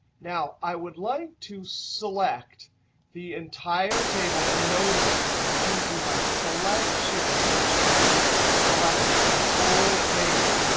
now, i would like to select the entire table. and notice i'm using my selection cursor to select the whole table.